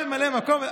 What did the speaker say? שישה ממלאי מקום.